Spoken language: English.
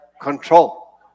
control